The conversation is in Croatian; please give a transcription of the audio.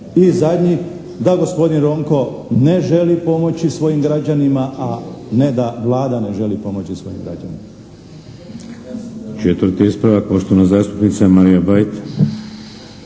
I zadnji, da gospodin Ronko ne želi pomoći svojim građanima a ne da Vlada ne želi pomoći svojim građanima. **Šeks, Vladimir (HDZ)** Četvrti ispravak poštovana zastupnica Marija Bajt.